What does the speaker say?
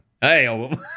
hey